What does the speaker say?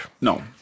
No